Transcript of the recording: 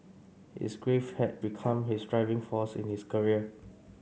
his grief had become his driving force in his career